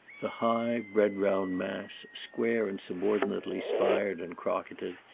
the high red-brown mass, square and subordinately spired and crocketed,